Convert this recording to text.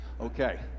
okay